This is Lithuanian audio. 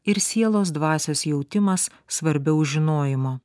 ir sielos dvasios jautimas svarbiau žinojimo